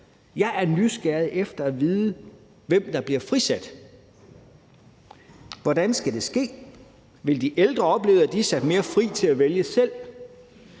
Jeg er nysgerrig efter at vide, hvem der bliver frisat. Hvordan skal det ske? Vil de ældre opleve, at de er sat mere fri til at vælge selv?